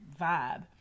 vibe